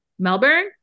Melbourne